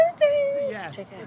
Yes